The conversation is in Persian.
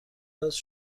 است